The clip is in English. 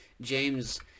James